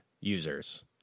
users